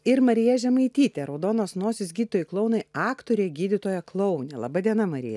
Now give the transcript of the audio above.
ir marija žemaitytė raudonos nosys gydytojai klounai aktoriai gydytoja klounė laba diena marija